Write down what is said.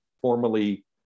formally